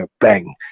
bang